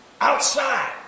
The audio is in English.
outside